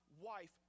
wife